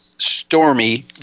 stormy